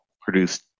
produced